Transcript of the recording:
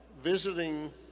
visiting